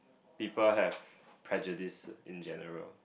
people have prejudice in general